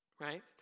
right